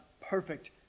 perfect